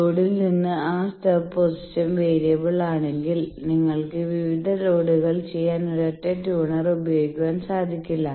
ലോഡിൽ നിന്ന് ആ സ്റ്റബ് പൊസിഷൻ വേരിയബിൾ ആണെങ്കിൽ നിങ്ങൾക്ക് വിവിധ ലോഡുകൾ ട്യൂൺ ചെയ്യാൻ ഒരൊറ്റ ട്യൂണർ ഉപയോഗിക്കുവാൻ സാധിക്കില്ല